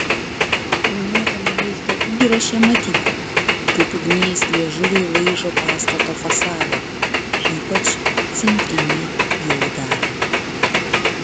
filmuotame vaizdo įraše matyti kaip ugnies liežuviai laižo pastato fasadą ypač centrinę jo dalį